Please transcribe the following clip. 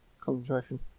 concentration